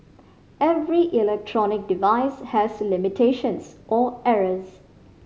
every electronic device has limitations or errors